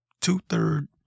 two-third